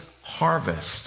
harvest